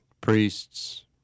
priests